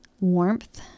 warmth